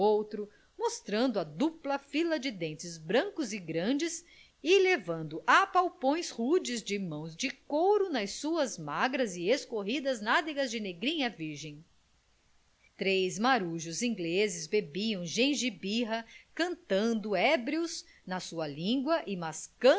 outro mostrando a dupla fila de dentes brancos e grandes e levando apalpões rudes de mãos de couro nas suas magras e escorridas nádegas de negrinha virgem três marujos ingleses bebiam gengibirra cantando ébrios na sua língua